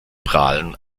prahlen